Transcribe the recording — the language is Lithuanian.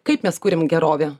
kaip mes kuriam gerovę